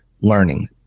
learning